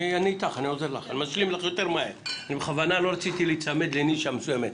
לא רציתי להיצמד לנישה מסוימת.